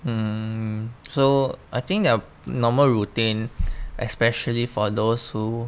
um so I think their normal routine especially for those who